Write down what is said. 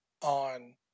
on